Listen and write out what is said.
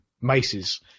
maces